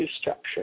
structure